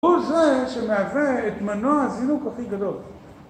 הוא זה שמהווה את מנוע הזינוק הכי גדול.